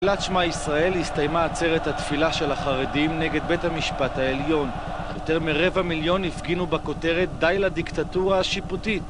תפילת שמע ישראל הסתיימה עצרת התפילה של החרדים נגד בית המשפט העליון, יותר מרבע מיליון הפגינו בכותרת: די לדיקטטורה השיפוטית...